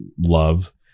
love